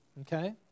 okay